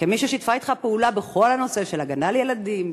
כמי ששיתפה אתך פעולה בכל הנושא של הגנה על ילדים,